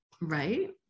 Right